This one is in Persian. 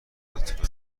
لطفا